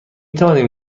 توانیم